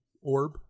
orb